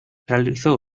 realizó